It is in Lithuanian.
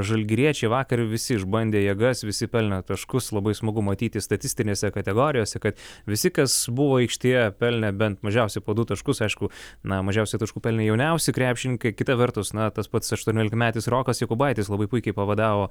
žalgiriečiai vakar visi išbandė jėgas visi pelnę taškus labai smagu matyti statistinėse kategorijose kad visi kas buvo aikštėje pelnė bent mažiausiai po du taškus aišku na mažiausiai taškų pelnė jauniausi krepšininkai kita vertus na tas pats aštuoniolikmetis rokas jokubaitis labai puikiai pavadavo